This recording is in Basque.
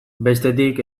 bestetik